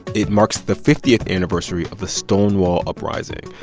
it marks the fiftieth anniversary of the stonewall uprising.